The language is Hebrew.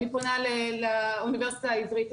אני פונה לאוניברסיטה העברית.